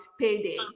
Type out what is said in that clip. Payday